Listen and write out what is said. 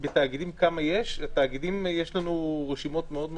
כמה יש בתאגידים בתאגידים יש לנו רשימות גדולות מאוד,